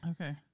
Okay